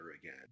again